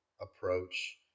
approach